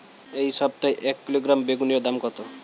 এই সপ্তাহে এক কিলোগ্রাম বেগুন এর দাম কত?